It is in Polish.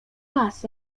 raz